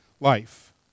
life